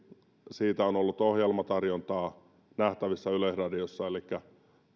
siitä on ollut ohjelmatarjontaa nähtävissä yleisradiossa elikkä